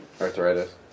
Arthritis